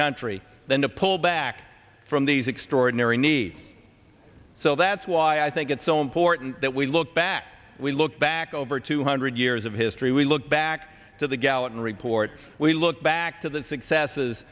country than to pull back from these extraordinary need so that's why i think it's so important that we look back we look back over two hundred years of history we look back to the gallatin report we look back to the successes